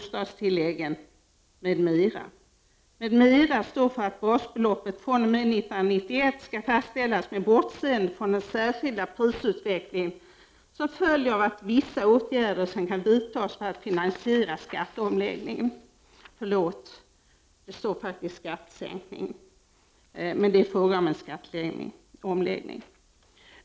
står för att basbeloppet fr.o.m. 1991 skall fastställas med bortseende från den särskilda prisutveckling som följer av vissa åtgärder som kan vidtas för att finansiera skatteomläggningen. Förlåt, det står faktiskt skattesänkning, men det är fråga om en skatteomläggning.